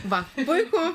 va puiku